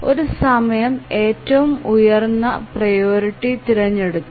ഒരു സമയം ഏറ്റവും ഉയർന്ന പ്രിയോറിറ്റി തിരഞ്ഞെടുത്തു